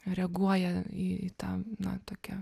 reaguoja į į tą na tokią